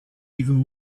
even